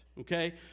Okay